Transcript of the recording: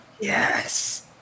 Yes